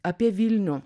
apie vilnių